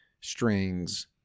Strings